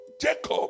Jacob